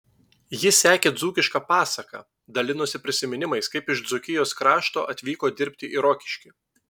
ji sekė dzūkišką pasaką dalinosi prisiminimais kaip iš dzūkijos krašto atvyko dirbti į rokiškį